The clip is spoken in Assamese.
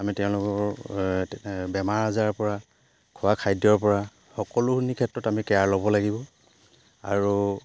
আমি তেওঁলোকৰ বেমাৰ আজাৰৰ পৰা খোৱা খাদ্যৰ পৰা সকলোখিনিৰ ক্ষেত্ৰত আমি কেয়াৰ ল'ব লাগিব আৰু